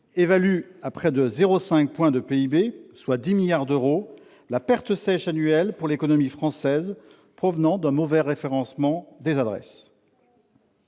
évalue à près de 0,5 point de PIB, soit 10 milliards d'euros, la perte sèche annuelle pour l'économie française provenant d'un mauvais référencement des adresses.